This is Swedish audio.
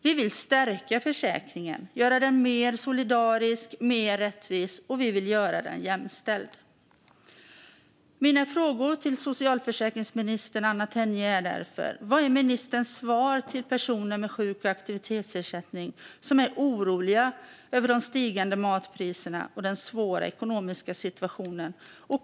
Vi vill stärka försäkringen och göra den mer solidarisk, rättvis och jämställd. Mina frågor till socialförsäkringsminister Anna Tenje är därför: Vad är ministerns svar till personer med sjuk och aktivitetsersättning som är oroliga över de stigande matpriserna och den svåra ekonomiska situationen?